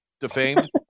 defamed